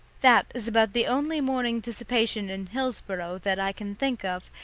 that is about the only morning dissipation in hillsboro that i can think of,